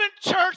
church